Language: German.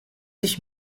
ich